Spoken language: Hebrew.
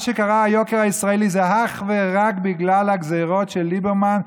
היוקר הישראלי זה אך ורק בגלל הגזרות של ליברמן,